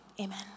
Amen